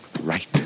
right